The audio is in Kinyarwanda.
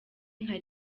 nka